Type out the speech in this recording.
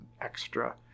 extra